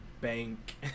bank